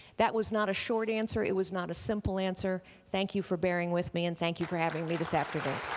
that was not a short answer it was not a simple answer, thank you for bearing with me and thank you for having me this afternoon.